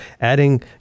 adding